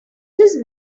this